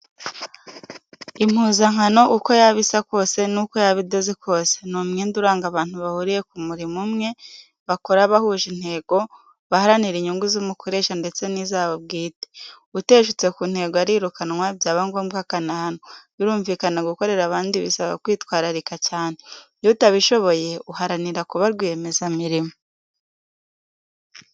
Impuzankano uko yaba isa kose, nuko yaba idoze kose, ni umwenda uranga abantu bahuriye ku murimo umwe, bakora bahuje intego, baharanira inyungu z'umukoresha ndetse n'izabo bwite. Uteshutse ku ntego arirukanwa byaba ngombwa akanahanwa, birumvikana gukorera abandi bisaba kwitwararika cyane, iyo utabishoboye uharanira kuba rwiyemezamirimo.